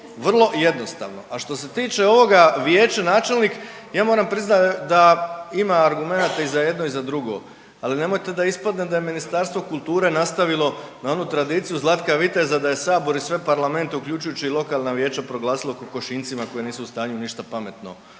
Vrlo jednostavno. A što se tiče ovoga vijeća, načelnik, ja moram priznati da ima argumenata i za jedno i za drugo, ali nemojte da ispadne da je Ministarstvo kulture nastavilo na onu tradiciju Zlatka Viteza da je Sabor i sve parlamente, uključujući i lokalna vijeća proglasilo kokošinjcima koji nisu u stanju ništa pametno